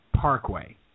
parkway